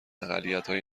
اقلیتهای